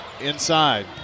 inside